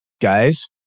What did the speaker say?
guys